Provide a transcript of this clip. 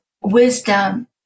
wisdom